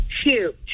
huge